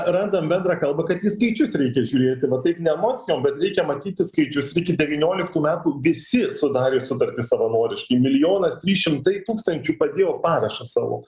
randam bendrą kalbą kad į skaičius reikia žiūrėti va taip ne emocijom bet reikia matyti skaičius iki devynioliktų metų visi sudarė sutartis savanoriškai milijonas trys šimtai tūkstančių padėjo parašą savo